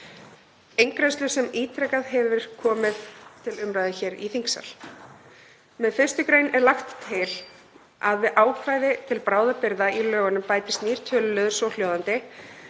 eingreiðslu sem ítrekað hefur komið til umræðu hér í þingsal. Með 1. gr. er lagt til að við ákvæði til bráðabirgða í lögunum bætist nýr töluliður, svohljóðandi: